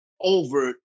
over